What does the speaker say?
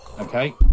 okay